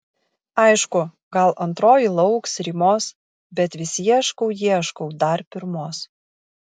aišku gal antroji lauks rymos bet vis ieškau ieškau dar pirmos